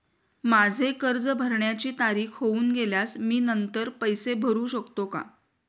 माझे कर्ज भरण्याची तारीख होऊन गेल्यास मी नंतर पैसे भरू शकतो का?